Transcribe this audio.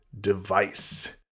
Device